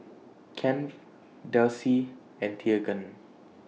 Kennth Delcie and Teagan